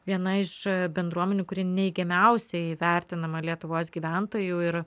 viena iš bendruomenių kuri neigiamiausiai vertinama lietuvos gyventojų yra